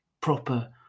proper